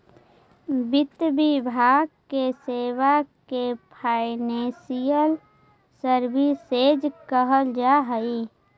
वित्त विभाग के सेवा के फाइनेंशियल सर्विसेज कहल जा हई